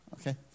Okay